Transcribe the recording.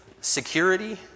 security